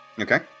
Okay